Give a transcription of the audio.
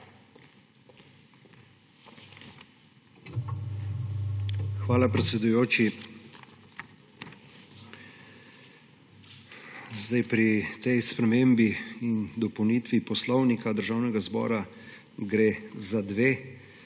Hvala, predsedujoči! Pri tej spremembi in dopolnitvi Poslovnika državnega zbora gre za dve